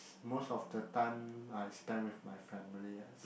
most of the time I spend with my family I